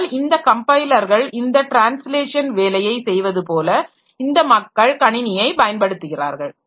இதனால் இந்த கம்பைலர்கள் இந்த டிரான்ஸ்லேஷன் வேலையை செய்வதுபோல் இந்த மக்கள் கணினியை பயன்படுத்துகிறார்கள்